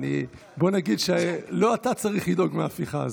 בוא נגיד שלא אתה צריך לדאוג מההפיכה הזאת.